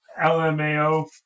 LMAO